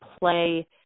play